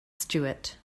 stuart